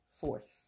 force